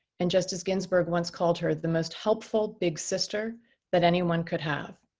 and justice ginsburg once called her the most helpful big sister that anyone could have.